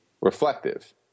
reflective